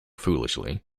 foolishly